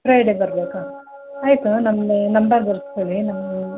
Friday ಬರಬೇಕಾ ಆಯಿತು ನಮ್ಮದೇ ನಂಬರ್ ಬರಕೊಳ್ಳಿ ನಮ್ಮ